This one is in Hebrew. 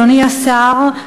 אדוני השר,